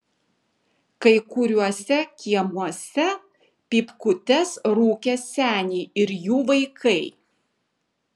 kai kuriuose kiemuose pypkutes rūkė seniai ir jų vaikai